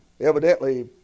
Evidently